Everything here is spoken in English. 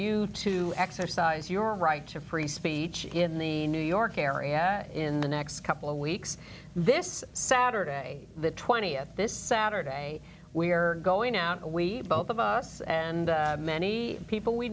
you to exercise your right to free speech in the new york area in the next couple of weeks this saturday the th this saturday we are going out we both of us and many people we